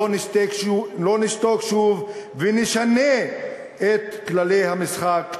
לא נשתוק שוב ונשנה את כללי המשחק,